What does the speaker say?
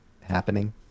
happening